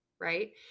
right